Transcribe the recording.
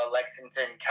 Lexington